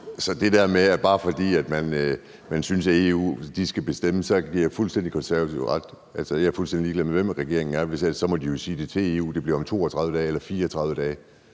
til det der med, at det bare er, fordi man synes, EU skal bestemme, giver jeg Konservative fuldstændig ret. Jeg er fuldstændig ligeglad med, hvem regeringen er; så må de jo sige til EU, at det bliver om 32 dage eller 34 dage,